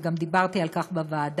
וגם דיברתי על כך בוועדה: